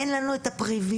אין לנו את הפריבילגיה,